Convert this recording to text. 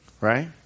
right